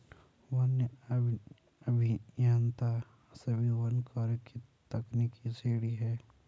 one अभियंता सभी वन कार्यों की तकनीकी रीढ़ हैं